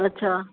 अच्छा